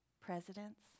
presidents